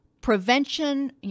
Prevention